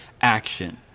action